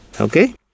okay